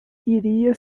iria